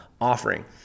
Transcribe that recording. offering